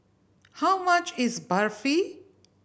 how much is Barfi